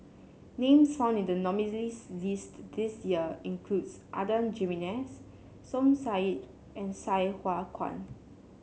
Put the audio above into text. names found in the nominees' list this year include Adan Jimenez Som Said and Sai Hua Kuan